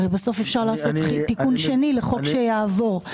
בסוף אפשר לעשות תיקון שני לחוק שיעבור,